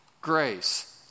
grace